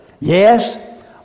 Yes